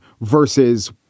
versus